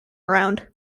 around